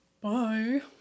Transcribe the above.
Bye